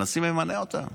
הנשיא ממנה אותם.